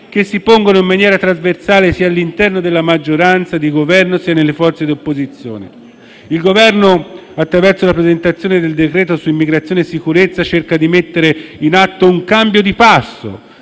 che si pongono in maniera trasversale, sia all'interno della maggioranza di Governo sia nelle forze di opposizione. Il Governo, attraverso la presentazione del decreto-legge su immigrazione e sicurezza, cerca di mettere in atto un cambio di passo,